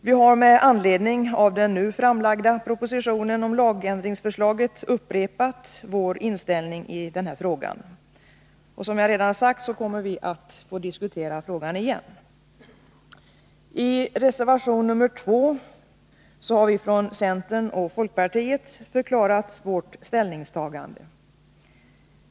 Vi har med anledning av den nu framlagda propositionen om lagändringsförslagen upprepat vår inställning i denna fråga. Som jag redan sagt kommer vi att få diskutera denna fråga igen. I reservation nr 2 har vi från centern och folkpartiet förklarat vårt ställningstagande.